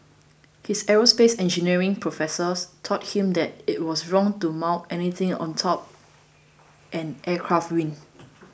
his aerospace engineering professors taught him that it was wrong to mount anything atop an aircraft wing